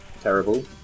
terrible